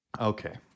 Okay